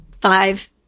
five